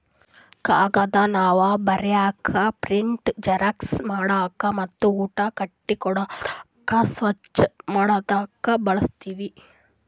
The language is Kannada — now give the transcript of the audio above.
ಕಾಗದ್ ನಾವ್ ಬರೀಕ್, ಪ್ರಿಂಟ್, ಜೆರಾಕ್ಸ್ ಮಾಡಕ್ ಮತ್ತ್ ಊಟ ಕಟ್ಟಿ ಕೊಡಾದಕ್ ಸ್ವಚ್ಚ್ ಮಾಡದಕ್ ಬಳಸ್ತೀವಿ